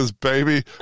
baby